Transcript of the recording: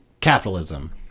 Capitalism